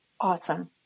Awesome